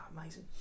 Amazing